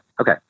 okay